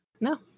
no